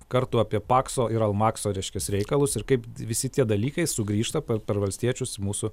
kartų apie pakso ir almakso reiškias reikalus ir kaip visi tie dalykai sugrįžta per per valstiečius į mūsų